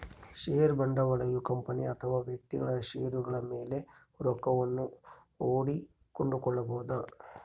ಷೇರು ಬಂಡವಾಳಯು ಕಂಪನಿ ಅಥವಾ ವ್ಯಕ್ತಿಗಳು ಷೇರುಗಳ ಮೇಲೆ ರೊಕ್ಕವನ್ನು ಹೂಡಿ ಕೊಂಡುಕೊಳ್ಳಬೊದು